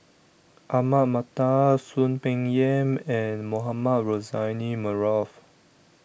Ahmad Mattar Soon Peng Yam and Mohamed Rozani Maarof